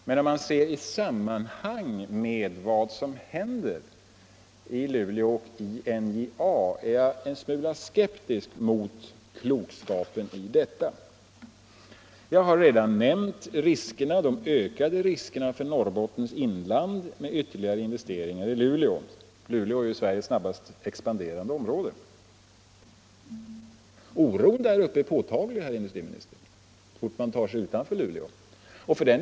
Men när jag ser detta i sammanhang med vad som händer i Luleå och i NJA blir jag en smula skeptisk mot klokskapen i det. Jag har redan nämnt de ökade riskerna för Norrbottens inland av ytterligare investeringar i Luleå. Luleå är Sveriges snabbast expanderande område. Oron där uppe, herr industriminister, är påtaglig, så fort man kommer utanför Luleå.